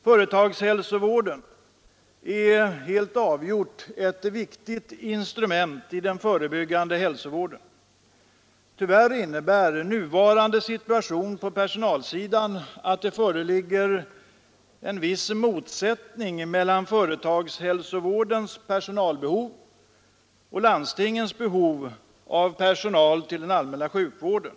Företagshälsovården är alldeles avgjort ett viktigt instrument i den förebyggande hälsovården. Tyvärr innebär nuvarande situation på personalsidan att det föreligger en viss motsättning mellan företagshälsovårdens personalbehov och landstingens behov av personal till den allmänna sjukvården.